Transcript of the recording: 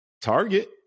Target